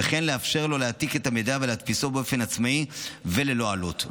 וכן לאפשר לו להעתיק את המידע ולהדפיסו באופן עצמאי וללא עלות,